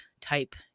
type